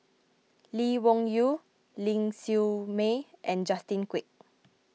Lee Wung Yew Ling Siew May and Justin Quek